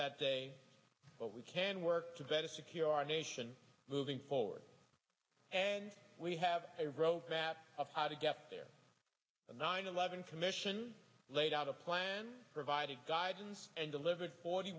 that day but we can work to better secure our nation moving forward and we have a road map of how to get there the nine eleven commission laid out a plan provided guidance and delivered or